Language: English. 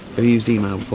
but used email before?